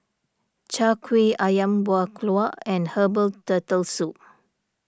Chai Kueh Ayam Buah Keluak and Herbal Turtle Soup